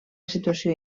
situació